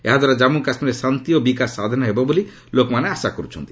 ଏହାଦ୍ୱାରା ଜାମ୍ମୁ କାଶ୍ମୀରରେ ଶାନ୍ତି ଓ ବିକାଶ ସାଧନ ହେବ ବୋଲି ଲୋକମାନେ ଆଶା କରୁଛନ୍ତି